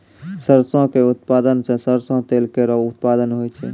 सरसों क उत्पादन सें सरसों तेल केरो उत्पादन होय छै